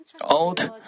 old